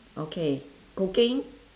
okay cooking